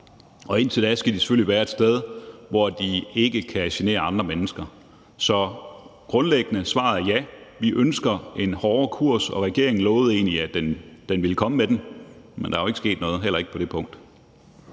og indtil da skal de selvfølgelig være et sted, hvor de ikke kan genere andre mennesker. Så grundlæggende er svaret ja. Vi ønsker en hårdere kurs, og regeringen lovede egentlig, at den ville komme med den, men der er jo ikke sket noget, heller ikke på det punkt.